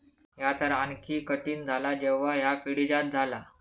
ह्या तर आणखी कठीण झाला जेव्हा ह्या पिढीजात झाला